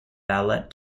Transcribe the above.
ballet